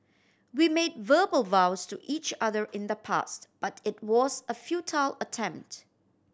we made verbal vows to each other in the past but it was a futile attempt